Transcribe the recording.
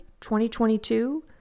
2022